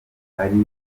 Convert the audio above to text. ari